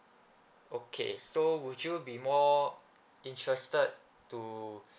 okay so would you be more interested to